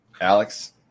Alex